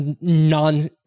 non